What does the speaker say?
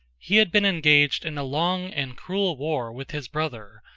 he had been engaged in a long and cruel war with his brother,